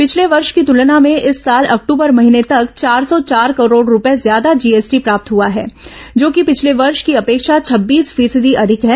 पिछले वर्ष की तुलना में इस साल अक्टूबर महीने तक चार सौ चार करोड़ रूपये ज्यादा जीएसटी प्राप्त हुआ है जो कि पिछले वर्ष की अपेक्षा छब्बीस फीसदी अधिक है